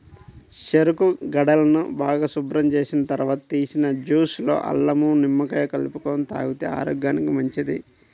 చెరుకు గడలను బాగా శుభ్రం చేసిన తర్వాత తీసిన జ్యూస్ లో అల్లం, నిమ్మకాయ కలుపుకొని తాగితే ఆరోగ్యానికి మంచిది